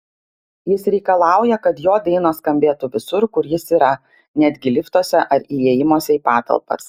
jis reikalauja kad jo dainos skambėtų visur kur jis yra netgi liftuose ar įėjimuose į patalpas